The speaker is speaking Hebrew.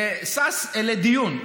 ושש אלי דיון,